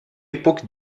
époque